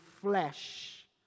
flesh